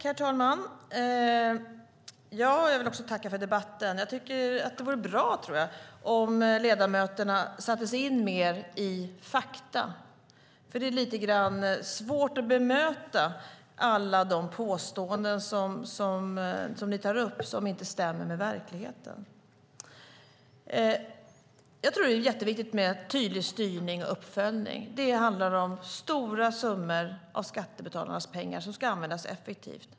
Herr talman! Jag vill också tacka för debatten. Det hade varit bra om ledamöterna hade satt sig in mer i fakta. Det är lite grann svårt att bemöta alla de påståenden som ni tar upp som inte stämmer med verkligheten. Det är viktigt med en tydlig styrning och uppföljning. Det handlar om stora summor av skattebetalarnas pengar som ska användas effektivt.